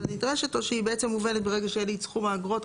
נדרשת או שהיא בעצם מובנת ברגע שיהיה לי את סכום האגרות,